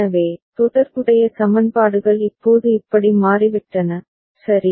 எனவே தொடர்புடைய சமன்பாடுகள் இப்போது இப்படி மாறிவிட்டன சரி